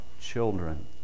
children